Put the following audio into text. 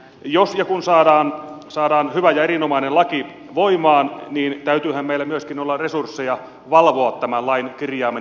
jos ja kun saadaan hyvä ja erinomainen laki voimaan niin täytyyhän meillä myöskin olla resursseja valvoa tämän lain kirjaimen ja hengen noudattamista